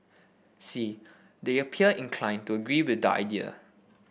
see they appear inclined to agree with the idea